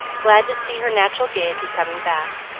glad to see her natural gayety coming back,